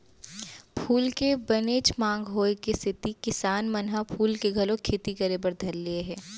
फूल के बनेच मांग होय के सेती किसान मन ह फूल के घलौ खेती करे बर धर लिये हें